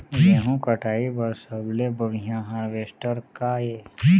गेहूं कटाई बर सबले बढ़िया हारवेस्टर का ये?